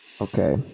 Okay